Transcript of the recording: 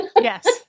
Yes